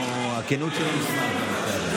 הכנות שלו נשמעת בנושא הזה.